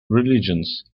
religions